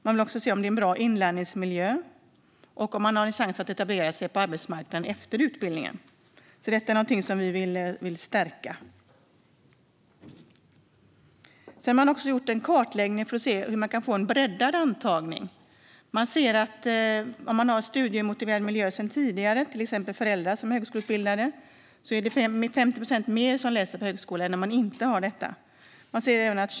Man vill också se om det är en bra inlärningsmiljö och om man har chans att etablera sig på arbetsmarknaden efter utbildningen. Detta är någonting som vi vill stärka. Man har gjort en kartläggning för att se hur man kan få en breddad antagning. Bland dem som har en studiemotiverad miljö sedan tidigare, till exempel med föräldrar som är högskoleutbildade, är det 50 procent fler som läser på högskolan än bland dem som inte har detta.